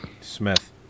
Smith